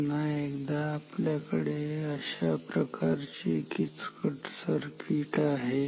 पुन्हा एकदा आपल्याकडे अशा प्रकारचे एक किचकट सर्किट आहे